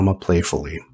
playfully